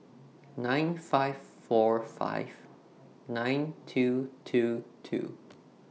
nine five four five nine two two two